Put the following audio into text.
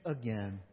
again